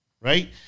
right